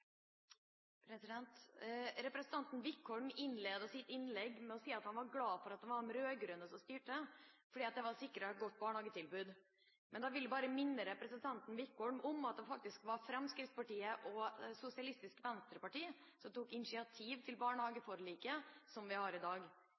sak. Representanten Wickholm innledet sitt innlegg med å si at han var glad for at det var de rød-grønne som styrte, fordi det sikrer et godt barnehagetilbud. Men da vil jeg bare minne representanten Wickholm om at det faktisk var Fremskrittspartiet og Sosialistisk Venstreparti som tok initiativ til